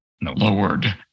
lowered